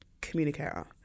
communicator